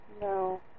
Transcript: no